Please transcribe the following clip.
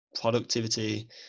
productivity